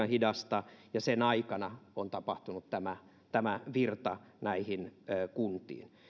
hidasta ja sen aikana on tapahtunut tämä tämä virta näihin kuntiin